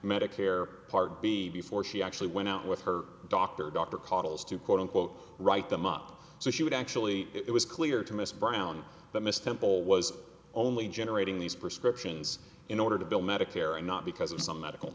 medicare part b before she actually went out with her doctor dr cottle's to quote unquote write them up so she would actually it was clear to miss brown that miss temple was only generating these prescriptions in order to bill medicare and not because of some medical